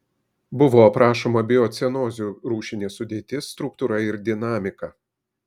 buvo aprašoma biocenozių rūšinė sudėtis struktūra ir dinamika